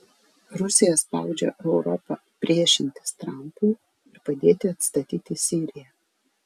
rusija spaudžia europą priešintis trampui ir padėti atstatyti siriją